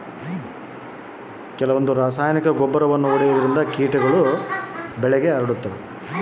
ಬೆಳೆಗೆ ಕೇಟಗಳು ಯಾವುದರಿಂದ ಹರಡುತ್ತದೆ ಅಂತಾ ಹೇಳಿ?